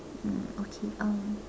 mm okay um